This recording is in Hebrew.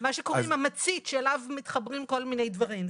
מה שקוראים המצית שאליו מתחברים כל מיני דברים,